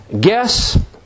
guess